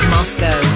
Moscow